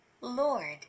Lord